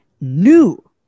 new